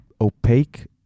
opaque